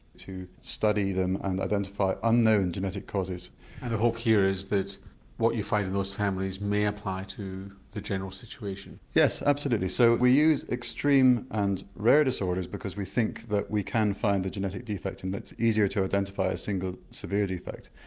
to study them and identify unknown genetic causes. and the hope here is that what you find in those families may apply to the general situation? yes absolutely, so we use extreme and rare disorders because we think that we can find the genetic defect and it's easier to identify a single severe defect.